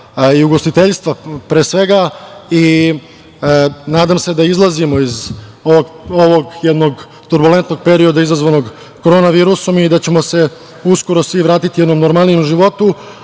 i ugostiteljstva pre svega i nadam se da izlazimo iz ovog jednog turbulentnog perioda izazvanog korona virusom i da ćemo se uskoro svi vratiti normalnijem životu.U